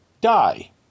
die